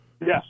Yes